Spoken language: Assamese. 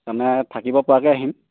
তানে থাকিব পৰাকৈ আহিম